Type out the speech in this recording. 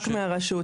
רק מהרשות.